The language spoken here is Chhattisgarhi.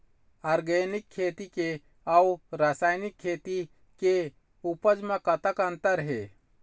ऑर्गेनिक खेती के अउ रासायनिक खेती के उपज म कतक अंतर हे?